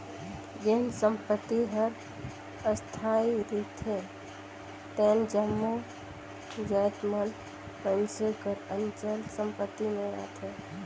जेन संपत्ति हर अस्थाई रिथे तेन जम्मो जाएत मन मइनसे कर अचल संपत्ति में आथें